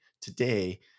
today